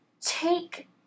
take